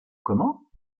comment